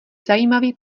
zajímavý